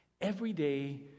Everyday